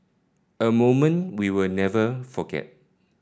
a moment we'll never forget